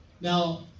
Now